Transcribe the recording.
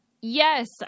yes